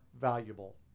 valuable